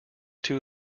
two